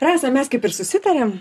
rasa mes kaip ir susitarėm